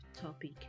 topic